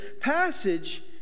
passage